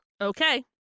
okay